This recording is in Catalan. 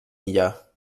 illa